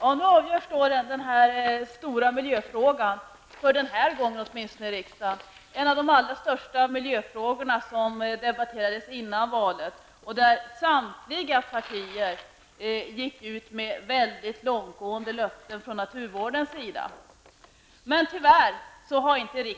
Fru talman! Nu skall då den här stora miljöfrågan avgöras av riksdagen, åtminstone för den här gången. Det är en av de allra största av de miljöfrågor som debatterades före valet, då samtliga partier ställde ut mycket långtgående löften för naturvårdens del. Tyvärr har riksdagen